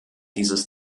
dieses